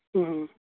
ᱦᱮᱸ ᱦᱮᱸ